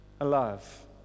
alive